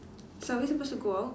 so are we supposed to go out